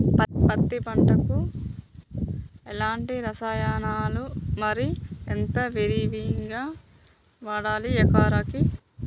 పత్తి పంటకు ఎలాంటి రసాయనాలు మరి ఎంత విరివిగా వాడాలి ఎకరాకి?